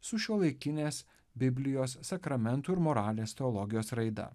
su šiuolaikinės biblijos sakramentų ir moralės teologijos raida